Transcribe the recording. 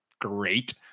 Great